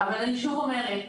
אבל אני שוב אומרת,